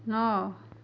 ନଅ